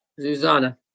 Zuzana